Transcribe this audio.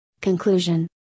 Conclusion